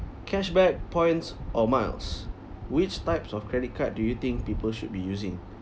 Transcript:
cashback points or miles which types of credit card do you think people should be using